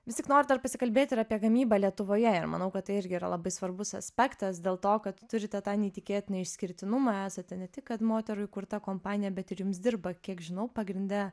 vis tik noriu dar pasikalbėti ir apie gamybą lietuvoje ir manau kad tai irgi yra labai svarbus aspektas dėl to kad turite tą neįtikėtiną išskirtinumą esate ne tik kad moterų įkurta kompanija bet ir jums dirba kiek žinau pagrinde